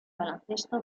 baloncesto